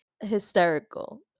hysterical